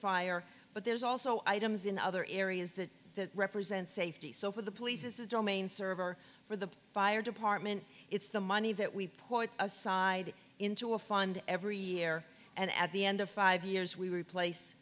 fire but there's also items in other areas that represent safety so for the police it's a domain server for the fire department it's the money that we point aside into a fund every year and at the end of five years we replace